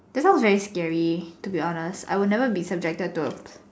that sounds very scary to be honest I would never be subjected to